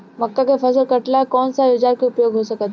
मक्का के फसल कटेला कौन सा औजार के उपयोग हो सकत बा?